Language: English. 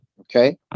okay